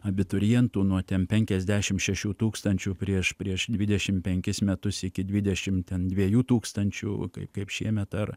abiturientų nuo ten penkiasdešim šešių tūkstančių prieš prieš dvidešim penkis metus iki dvidešim ten dviejų tūkstančių kai kaip šiemet dar